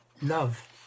love